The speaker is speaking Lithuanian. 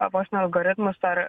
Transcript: vos ne algoritmus ar